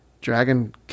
Dragon